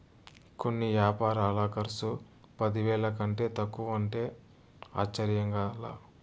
కొన్ని యాపారాల కర్సు పదివేల కంటే తక్కువంటే ఆశ్చర్యంగా లా